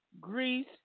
Greece